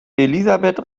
elisabeth